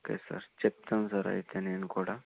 okay sir చెప్తాను sir అయితే నేను కూడా